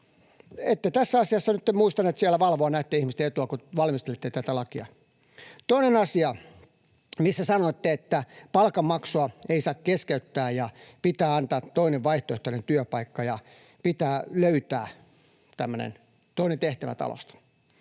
tässä asiassa nytten muistaneet valvoa näitten ihmisten etua, kun valmistelitte tätä lakia. Toinen asia: Sanoitte, että palkanmaksua ei saa keskeyttää ja pitää antaa toinen vaihtoehtoinen työpaikka ja pitää löytää tämmöinen toinen tehtävä talosta.